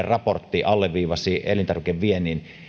raportti alleviivasi elintarvikeviennin